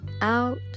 out